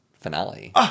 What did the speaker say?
finale